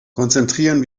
konzentrieren